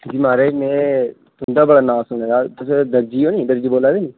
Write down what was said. माराज में तुंदा बड़ा नां सुने दा तुस दर्जी हो नी दर्जी बोल्ला दे नी